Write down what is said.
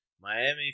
Miami